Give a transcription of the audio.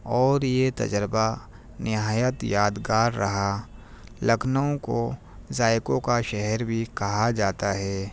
اور یہ تجربہ نہایت یادگار رہا لکھنؤ کو ذائقوں کا شہر بھی کہا جاتا ہے